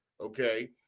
okay